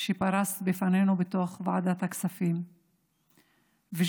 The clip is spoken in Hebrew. שפרסת בפנינו בתוך ועדת הכספים וששמת